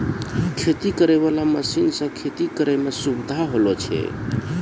खेती करै वाला मशीन से खेती करै मे सुबिधा होलो छै